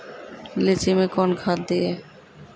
लीची मैं कौन खाद दिए?